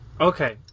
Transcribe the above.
Okay